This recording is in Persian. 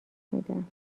میدم